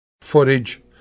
footage